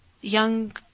young